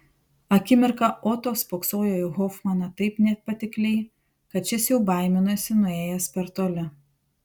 akimirką oto spoksojo į hofmaną taip nepatikliai kad šis jau baiminosi nuėjęs per toli